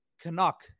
canuck